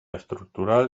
estructural